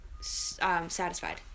satisfied